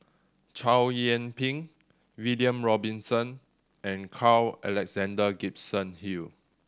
Chow Yian Ping William Robinson and Carl Alexander Gibson Hill